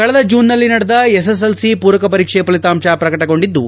ಕಳೆದ ಜೂನ್ನಲ್ಲಿ ನಡೆದ ಎಸ್ಸೆಸ್ಲಿ ಮೂರಕ ಪರೀಕ್ಷೆ ಫಲಿತಾಂತ ಪ್ರಕಟಗೊಂಡಿದ್ದು